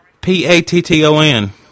P-A-T-T-O-N